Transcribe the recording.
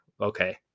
okay